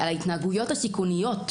ההתנהגויות הסיכוניות.